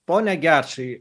pone gečai